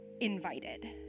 invited